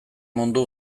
mundu